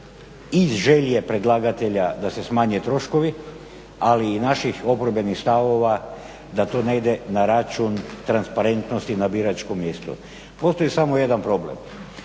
i želje predlagatelja da se smanje troškovi ali i naših obrambenih stavova da to ne ide na račun transparentnosti na biračkom mjestu. Postoji samo jedan problem,